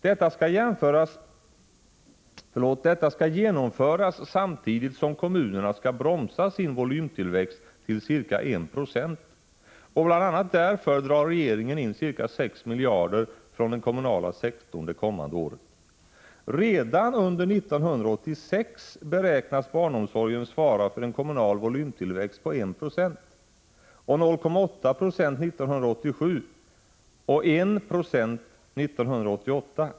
Detta skall genomföras samtidigt som kommunerna skall bromsa sin volymtillväxt till ca 1 70, och bl.a. därför drar regeringen in ca 6 miljarder från den kommunala sektorn det kommande året. Barnomsorgen beräknas svara för en kommunal volymtillväxt på 1 26 redan under 1986, 0,8 90 1987 och 1 96 1988.